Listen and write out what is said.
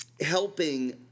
helping